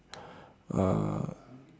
uh